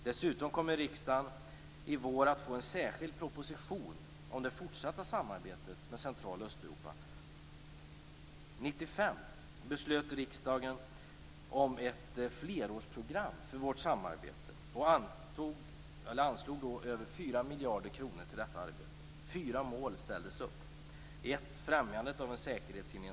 Riksdagen kommer dessutom i vår att få en särskild proposition om det fortsatta samarbetet med År 1995 beslöt riksdagen om ett flerårsprogram för vårt samarbete och anslog då över 4 miljarder kronor till detta arbete. Fyra mål ställdes upp: 3.